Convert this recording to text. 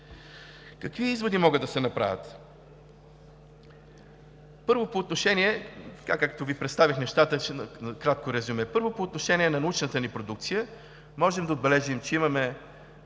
Какви изводи могат да се направят, така както Ви представих нещата, в кратко резюме? Първо, по отношение на научната ни продукция. Можем да отбележим, че имаме